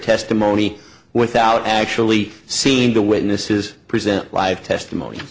testimony without actually seeing the witnesses present live testimony